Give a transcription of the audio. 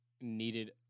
needed